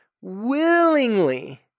willingly